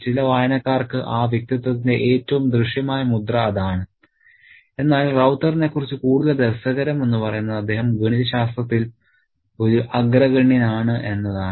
ചില വായനക്കാർക്ക് ആ വ്യക്തിത്വത്തിന്റെ ഏറ്റവും ദൃശ്യമായ മുദ്ര അതാണ് എന്നാൽ റൌത്തറിനെക്കുറിച്ച് കൂടുതൽ രസകരം എന്ന് പറയുന്നത് അദ്ദേഹം ഗണിതശാസ്ത്രത്തിൽ ഒരു അഗ്രഗണ്യൻ ആണ് എന്നതാണ്